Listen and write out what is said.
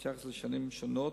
מתייחס לשנים שונות,